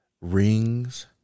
Rings